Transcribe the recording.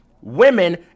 women